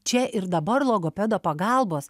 čia ir dabar logopedo pagalbos